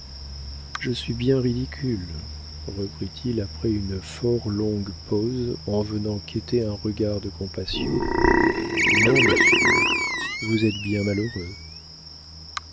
je suis bien ridicule reprit-il après une fort longue pause en venant quêter un regard de compassion non monsieur vous êtes bien malheureux